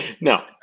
No